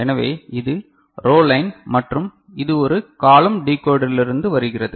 எனவே இது row line மற்றும் இது ஒரு காலம் டிகோடரிலிருந்து வருகிறது